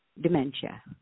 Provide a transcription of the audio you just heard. dementia